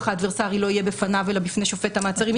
האדוורסרי לא יהיה בפניו אלא בפני שופט המעצרים.